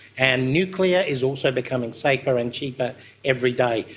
and nuclear is also becoming safer and cheaper every day.